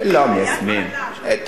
לא מיישמים את זה,